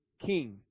king